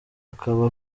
akaba